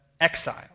exile